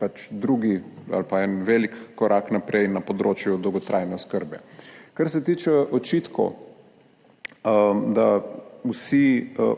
pač drugi ali pa en velik korak naprej na področju dolgotrajne oskrbe. Kar se tiče očitkov, da vsi